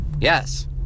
Yes